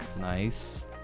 Nice